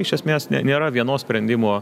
iš esmės ne nėra vieno sprendimo